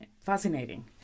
Fascinating